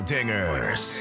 Dingers